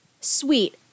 Sweet